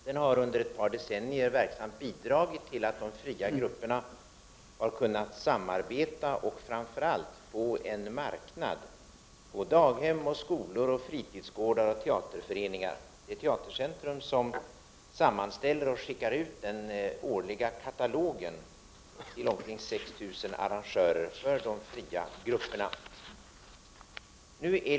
Den har under ett par decennier verksamt bidragit till att de fria grupperna har kunnat samarbeta och framför allt få en marknad på daghem, i skolor, på fritidsgårdar och i teaterföreningar. Det är Teatercentrum som sammanställer och skickar ut den årliga katalogen till omkring 6 000 arrangörer för de fria grupperna.